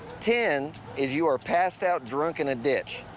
ten is you are passed out drunk in a ditch.